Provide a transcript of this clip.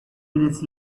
minutes